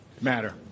matter